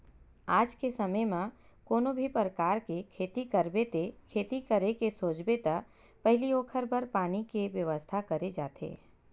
आज के समे म कोनो भी परकार के खेती करबे ते खेती करे के सोचबे त पहिली ओखर बर पानी के बेवस्था करे जाथे